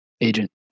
agent